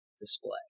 display